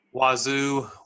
Wazoo